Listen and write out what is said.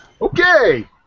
Okay